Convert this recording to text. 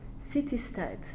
city-state